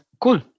cool